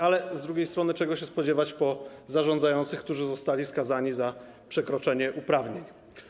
Ale z drugiej strony czego się spodziewać po zarządzających, którzy zostali skazani za przekroczenie uprawnień?